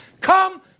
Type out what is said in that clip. Come